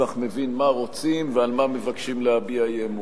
כך מבין מה רוצים ועל מה מבקשים להביע אי-אמון.